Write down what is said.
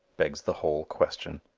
begs the whole question.